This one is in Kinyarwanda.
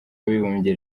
w’abibumbye